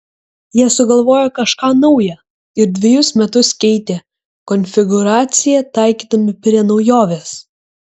jie sugalvojo kažką nauja ir dvejus metus keitė konfigūraciją taikydami prie naujovės